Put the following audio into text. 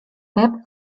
pep